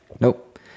Nope